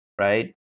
right